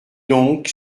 donc